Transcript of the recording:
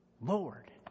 Lord